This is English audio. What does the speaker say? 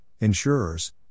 insurers